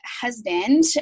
husband